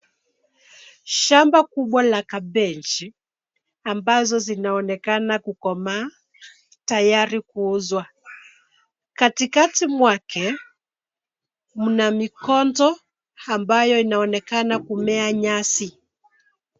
Shamba kubwa la kabeji amabazo zinaonekana kukomaa tayari kuuzwa. Katikati mwake mna mikonzo ambayo inaonekana kumea nyasi.